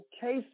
case